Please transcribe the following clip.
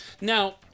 Now